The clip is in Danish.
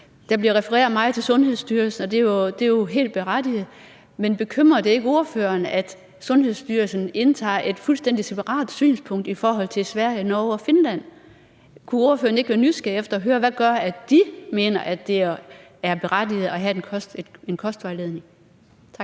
Der bliver refereret meget til Sundhedsstyrelsen, og det er jo helt berettiget. Men bekymrer det ikke ordføreren, at Sundhedsstyrelsen indtager et fuldstændig separat synspunkt i forhold til Sverige, Norge og Finland? Kunne ordføreren ikke være nysgerrig efter at høre, hvad der gør, at de mener, at det er berettiget at have en kostvejledning? Kl.